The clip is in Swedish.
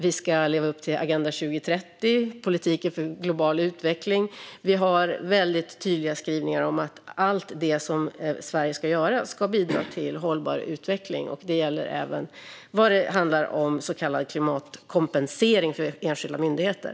Vi ska leva upp till Agenda 2030 och politiken för global utveckling. Vi har väldigt tydliga skrivningar om att allt som Sverige ska göra ska bidra till hållbar utveckling. Det gäller även så kallad klimatkompensering för enskilda myndigheter.